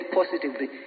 positively